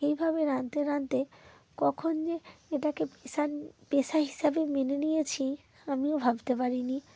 এইভাবে রাঁধতে রাঁধতে কখন যে এটাকে পেশা পেশা হিসাবে মেনে নিয়েছি আমিও ভাবতে পারিনি